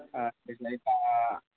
ஆ கொஞ்சம் லைட்டாக